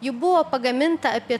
ji buvo pagaminta apie